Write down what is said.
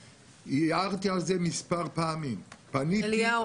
הערתי על זה מספר פעמים ופניתי בעניין זה.